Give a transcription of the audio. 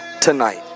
tonight